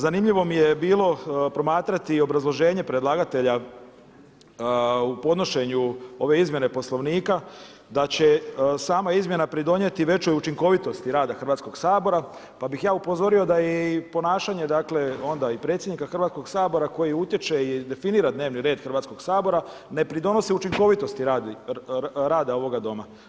Zanimljivo mi je bilo promatrati obrazloženje predlagatelja u podnošenju ove izmjene Poslovnika, da će sama izmjena pridonijeti većoj učinkovitosti rada Hrvatskog sabora, pa bih ja upozorio da je i ponašanje onda i predsjednika Hrvatskog sabora koji utječe i definira dnevni red Hrvatskog sabora, ne pridonosi učinkovitosti rada ovoga doma.